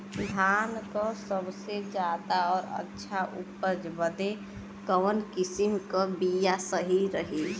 धान क सबसे ज्यादा और अच्छा उपज बदे कवन किसीम क बिया सही रही?